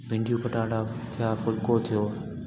भिंडियूं पटाटा थिया फुल्को थियो